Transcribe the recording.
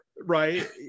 Right